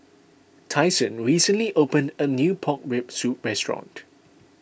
Tyson recently opened a new Pork Rib Soup restaurant